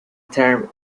term